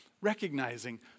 Recognizing